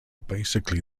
basically